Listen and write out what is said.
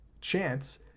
chance